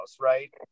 right